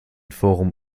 forum